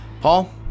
Paul